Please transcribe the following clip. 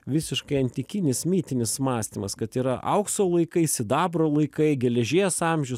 visiškai antikinis mitinis mąstymas kad yra aukso laikai sidabro laikai geležies amžius